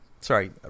Sorry